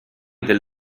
del